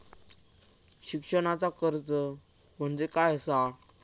शिक्षणाचा कर्ज म्हणजे काय असा?